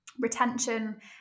retention